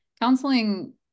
counseling